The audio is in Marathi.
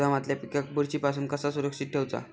गोदामातल्या पिकाक बुरशी पासून कसा सुरक्षित ठेऊचा?